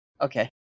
Okay